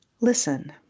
Listen